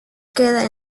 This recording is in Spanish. queda